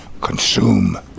consume